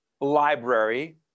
Library